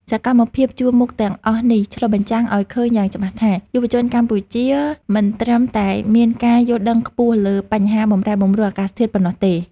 សកម្មភាពជួរមុខទាំងអស់នេះឆ្លុះបញ្ចាំងឱ្យឃើញយ៉ាងច្បាស់ថា យុវជនកម្ពុជាមិនត្រឹមតែមានការយល់ដឹងខ្ពស់លើបញ្ហាបម្រែបម្រួលអាកាសធាតុប៉ុណ្ណោះទេ។